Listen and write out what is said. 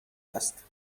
است